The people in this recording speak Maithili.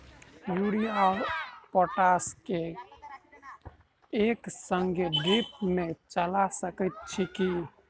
यूरिया आ पोटाश केँ एक संगे ड्रिप मे चला सकैत छी की?